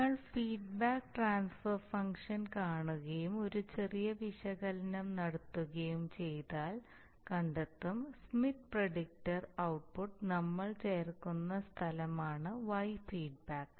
നിങ്ങൾ feedback transfer function കാണുകയും ഒരു ചെറിയ വിശകലനം നടത്തുകയും ചെയ്താൽ കണ്ടെത്തും സ്മിത്ത് പ്രിഡിക്റ്റർ ഔട്ട്പുട്ട് നമ്മൾ ചേർക്കുന്ന സ്ഥലമാണ് y ഫീഡ്ബാക്ക്